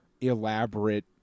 elaborate